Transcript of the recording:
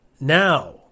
Now